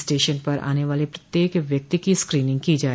station पर आने वाले प्रत्येक व्यक्ति की स्क्रीनिंग की जाए